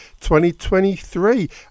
2023